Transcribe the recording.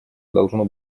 должно